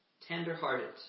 tender-hearted